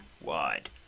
wide